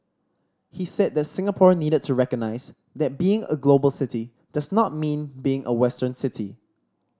he said that Singapore needed to recognise that being a global city does not mean being a Western city